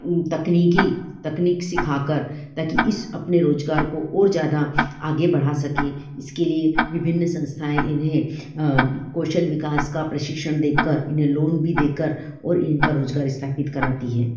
उन तकनीकी तकनीक सीखा कर ताकि इस अपने रोज़गार को और ज़्यादा आगे बढ़ा सके इसके लिए विभिन्न संस्थाएँ इन्हें कौशल विकास का प्रशिक्षण देकर इन्हें लोन भी देकर और इनका रोज़गार स्थापित कराती है